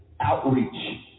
outreach